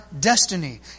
destiny